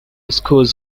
schools